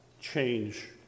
change